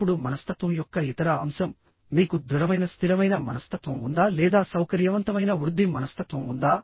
అప్పుడు మనస్తత్వం యొక్క ఇతర అంశం మీకు దృఢమైన స్థిరమైన మనస్తత్వం ఉందా లేదా సౌకర్యవంతమైన వృద్ధి మనస్తత్వం ఉందా